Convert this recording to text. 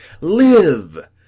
live